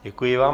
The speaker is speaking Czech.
Děkuji vám.